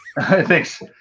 Thanks